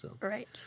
Right